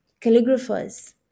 calligraphers